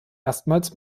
erstmals